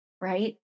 right